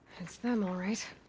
them alright!